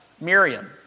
Miriam